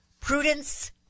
Prudence